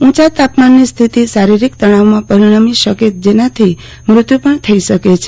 ઊંચા તાપમાન ની સ્થિતિ શારીરિક તણાવમાં પરિણમી શકે છે જેનાથી મૃત્યુ પણ થઇ શકે છે